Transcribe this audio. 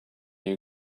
you